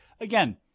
again